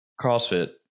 CrossFit